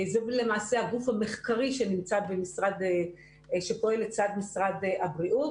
זה למעשה הגוף המחקרי שפועל לצד משרד הבריאות,